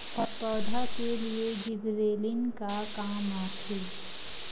पौधा के लिए जिबरेलीन का काम आथे?